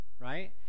right